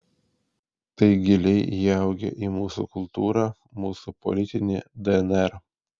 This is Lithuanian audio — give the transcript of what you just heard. tai giliai įaugę į mūsų kultūrą mūsų politinį dnr